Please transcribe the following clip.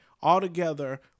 altogether